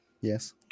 Yes